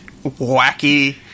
wacky